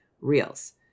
Reels